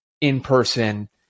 in-person